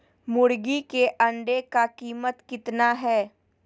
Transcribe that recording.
मुर्गी के अंडे का कीमत कितना है?